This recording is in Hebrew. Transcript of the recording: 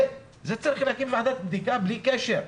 זה צריך להקים ועדת בדיקה בלי קשר.